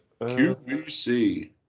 QVC